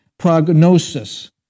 Prognosis